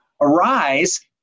Arise